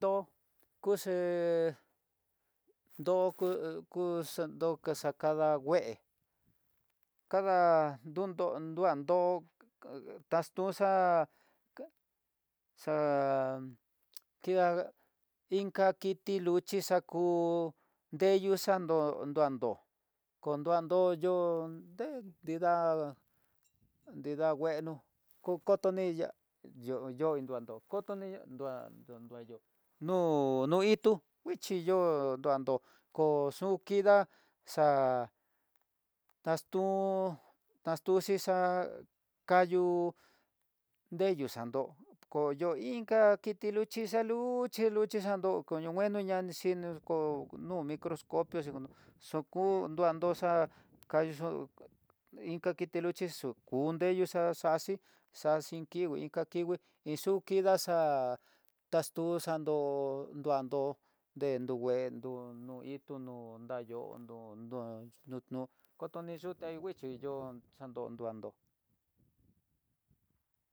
Ndo kuxhii ndo ku ku xandoka xakada ngué, kada nduan xandó akuxa di'á inka kiti luxhi xakó, ndeyo xandó ndando kondandoyo ndé nridá, nrida ngueno kokoto ni ya'á yo yo induado koto ni ya'á ndua nduando, no no itú nguichi yo'o nduando koo xu kidá xa xaxtu xixa'a kayú ndeyu xandó koyo inka kiti luxhi xaluxhi luxhi xanlo kondungueno ñanixako no microscopio xhikondo xuku nduan doxa'a kayuxo inka tiki luxhi xukundeyo xa xaxi, xaxi iin kikuii inka kikuii iin xu kida xa'á kastu xandu nduando nguendo nguendo no itu no nrayó no no kotoni yuté nguichí yo'o xando nduando.